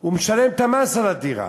הוא משלם את המס על הדירה,